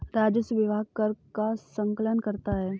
राजस्व विभाग कर का संकलन करता है